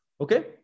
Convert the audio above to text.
okay